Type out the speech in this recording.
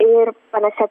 ir panašia